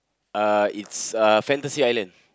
uh it's uh Fantasy-Island